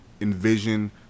envision